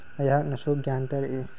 ꯑꯩꯍꯥꯛꯅꯁꯨ ꯒ꯭ꯌꯥꯟ ꯇꯥꯔꯛꯏ